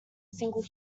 single